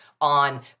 on